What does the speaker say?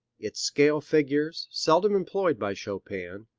its scale figures, seldom employed by chopin,